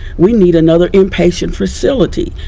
we need another in-patient facility.